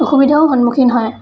অসুবিধাও সন্মুখীন হয়